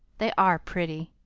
they are pretty.